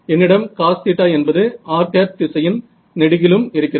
என்னிடம் cosθ என்பது r திசையின் நெடுகிலும் இருக்கிறது